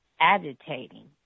agitating